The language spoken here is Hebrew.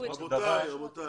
רבותיי,